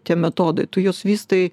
tie metodai tų jus vystai